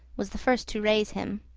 was the first to raise him.